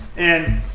and